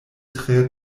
tre